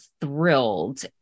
thrilled